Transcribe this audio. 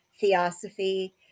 theosophy